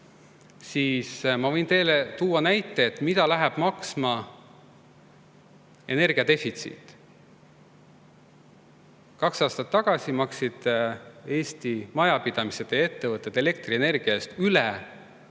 Ma võin teile tuua näite, mis läheb maksma energia defitsiit. Kaks aastat tagasi maksid Eesti majapidamised ja ettevõtted elektrienergia eest üle